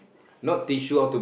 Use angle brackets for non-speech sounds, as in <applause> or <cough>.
<breath>